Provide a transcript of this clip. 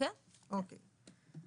אוקי.